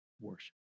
Worship